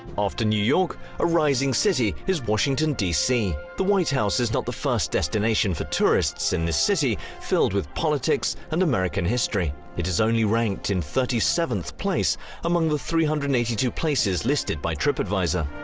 after new york, a rising city is washington dc. the white house is not the first destination for tourists in this city filled with politics and american history. it is only ranked in thirty seventh place among the three hundred and eighty two places listed by tripadvisor.